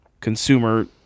consumer